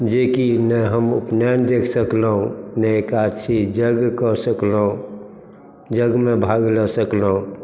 जेकि ने हम उपनयन देख सकलहुँ ने एकादशी यज्ञ कऽ सकलहुँ यज्ञमे भाग लए सकलहुँ